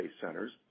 centers